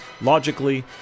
Logically